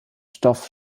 stoff